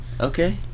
Okay